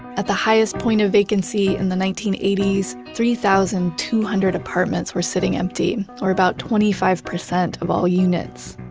at the highest point of vacancy in the nineteen eighty s, three thousand two hundred apartments were sitting empty or about twenty five percent of all units.